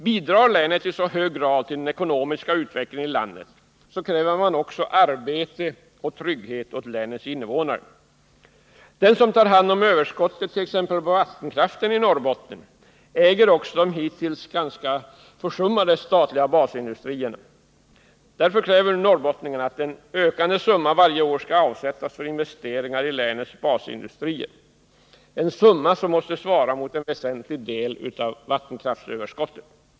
Om länet i så hög grad bidrar till att främja den ekonomiska utvecklingen i landet, så menar man att man också har rätt att kräva arbete och trygghet åt länets innevånare. Den som tar hand om överskottet på t.ex. vattenkraften från Norrbotten äger också de hittills ganska försummade statliga basindustrierna. Därför kräver nu norrbottningarna att en ökande summa varje år skall avsättas för investeringar i länets basindustrier — en summa som måste svara mot en väsentlig del av vattenkraftsöverskottet.